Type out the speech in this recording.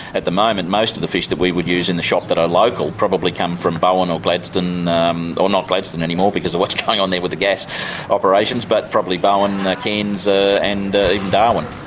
at the moment most of the fish that we would use in the shop that are local probably come from bowen or gladstone or not gladstone anymore, because of what's going on there with the gas operations but probably bowen, cairns ah and even darwin.